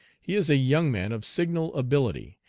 he is a young man of signal ability,